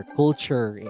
culture